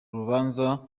rubanza